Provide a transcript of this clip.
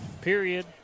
period